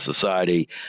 society